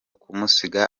kumusiga